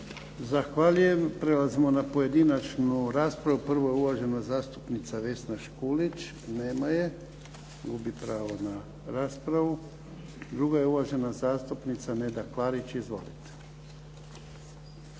Zahvaljujem. Prelazimo na pojedinačnu raspravu. Prvo je uvažena zastupnica Vesna Škulić. Nema je. Gubi pravo na raspravu. Druga je uvažena zastupnica Neda Klarić. Izvolite.